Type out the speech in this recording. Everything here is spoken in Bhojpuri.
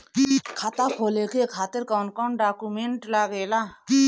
खाता खोले के खातिर कौन कौन डॉक्यूमेंट लागेला?